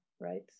right